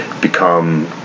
become